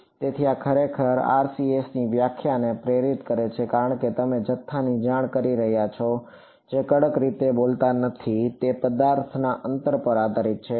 તેથી આ ખરેખર આરસીએસની વ્યાખ્યાને પ્રેરિત કરે છે કારણ કે તમે જથ્થાની જાણ કરી રહ્યા છો જે કડક રીતે બોલતા નથી તે પદાર્થના અંતર પર આધારિત છે